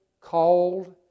cold